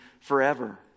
forever